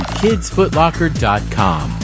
kidsfootlocker.com